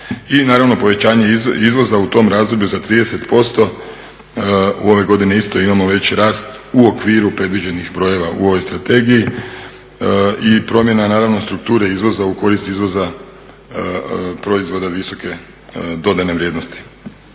I naravno povećanje izvoza u tom razdoblju za 30%. U ovoj godini isto imamo već rast u okviru predviđenih brojeva u ovoj strategiji i promjena naravno strukture izvoza u korist izvoza proizvoda visoke dodane vrijednosti.